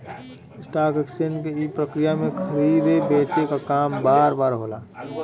stock exchange के ई प्रक्रिया में खरीदे बेचे क काम बार बार होला